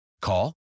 Call